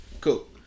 Cool